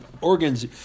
organs